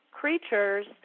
creatures